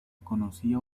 conocía